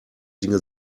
dinge